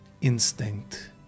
Instinct